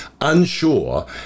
unsure